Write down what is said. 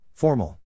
Formal